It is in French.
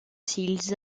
s’ils